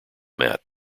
matt